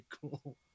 cool